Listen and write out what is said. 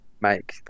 make